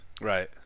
Right